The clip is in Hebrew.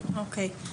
אוקיי,